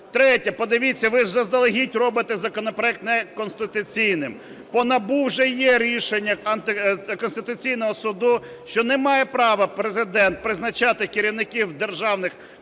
Третє. Подивіться, ви ж заздалегідь робите законопроект неконституційним. По НАБУ вже є рішення Конституційного Суду, що не має права Президент призначати керівників держаних